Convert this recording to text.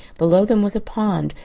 below them was a pond,